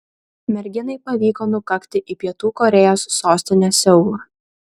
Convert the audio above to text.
merginai pavyko nukakti į pietų korėjos sostinę seulą